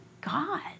God